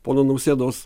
pono nausėdos